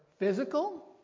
Physical